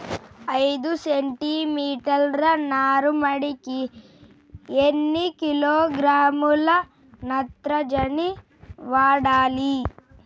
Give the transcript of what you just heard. ఐదు సెంటి మీటర్ల నారుమడికి ఎన్ని కిలోగ్రాముల నత్రజని వాడాలి?